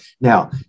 Now